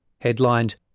headlined